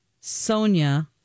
Sonia